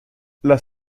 las